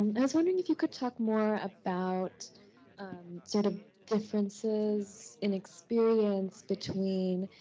um i was wondering if you could talk more about sort of differences in experience between,